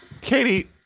Katie